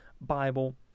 Bible